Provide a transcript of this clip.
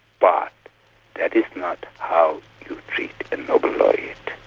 but that is not how you treat a nobel laureate.